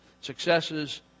successes